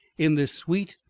in this sweet,